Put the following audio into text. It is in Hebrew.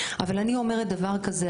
אבל אני אומרת דבר כזה,